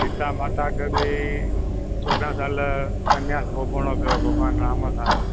सीता माता खे बि चौडहं साल सन्यास भोॻिणो पियो भॻवान राम खां